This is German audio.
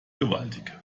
gewaltig